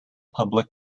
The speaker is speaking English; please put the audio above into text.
public